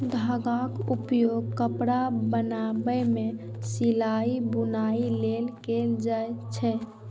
धागाक उपयोग कपड़ा बनाबै मे सिलाइ, बुनाइ लेल कैल जाए छै